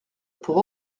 pour